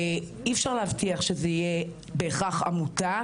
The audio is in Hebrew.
אי אפשר להבטיח שזו תהיה בהכרח עמותה,